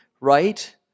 right